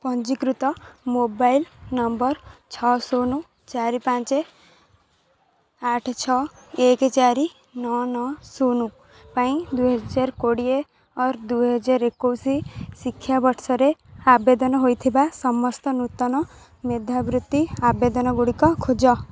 ପଞ୍ଜୀକୃତ mobile number ଛଅ ଶୂନ ଚାରି ପାଞ୍ଚ ଆଠ ଛଅ ଏକ ଚାରି ନଅ ନଅ ଶୂନ ପାଇଁ ଦୁଇ ହଜାର କୋଡ଼ିଏ ଔର୍ ଦୁଇ ହଜାର ଏକୋଇଶ ଶିକ୍ଷାବର୍ଷରେ ଆବେଦନ ହୋଇଥିବା ସମସ୍ତ ନୂତନ ମେଧାବୃତ୍ତି ଆବେଦନ ଗୁଡ଼ିକ ଖୋଜ